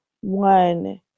one